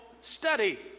study